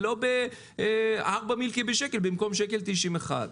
לא ארבעה מילקי בשקל במקום ב-1.90 שקל אחד.